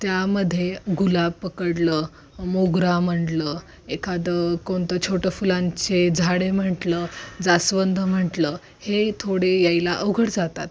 त्यामध्ये गुलाब पकडलं मोगरा म्हंटलं एखादं कोणतं छोटं फुलांचे झाडे म्हंटलं जास्वंद म्हंटलं हे थोडे यायला अवघड जातात